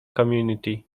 community